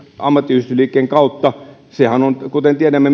ammattiyhdistysliikkeen kautta tiedämme